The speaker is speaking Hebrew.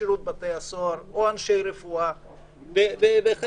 אנשי שב"ס, אנשי רפואה וכולי.